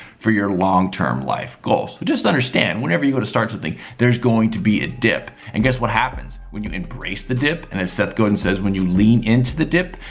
for your long term life goals. so, just understand whenever you go to start something there's going to be a dip. and guess what happens when you embrace the dip? and and seth gordon says when you lean into the dip,